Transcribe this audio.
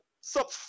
sup